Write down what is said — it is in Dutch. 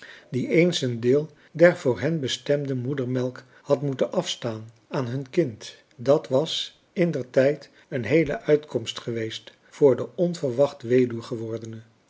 die eens een deel der voor hem bestemde moedermelk had moeten afstaan aan hun kind dat was indertijd een heele uitkomst geweest voor de onverwacht weduw gewordene